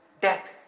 death